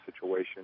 situation